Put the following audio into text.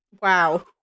Wow